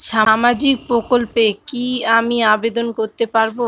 সামাজিক প্রকল্পে কি আমি আবেদন করতে পারবো?